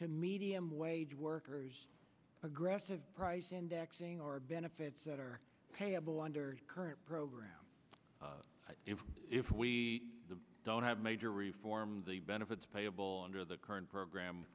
to medium wage workers aggressive price indexing or benefits that are payable under the current program if if we don't have major reforms the benefits payable under the current program